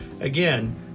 Again